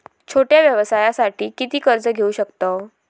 छोट्या व्यवसायासाठी किती कर्ज घेऊ शकतव?